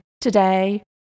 today